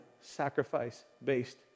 sacrifice-based